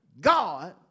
God